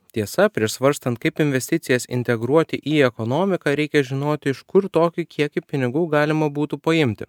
tiesa prieš svarstant kaip investicijas integruoti į ekonomiką reikia žinoti iš kur tokį kiekį pinigų galima būtų paimti